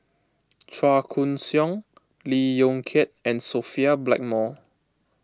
Chua Koon Siong Lee Yong Kiat and Sophia Blackmore